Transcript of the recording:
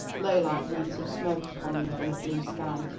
lay like wreaths of smoke upon the infinite blue sky.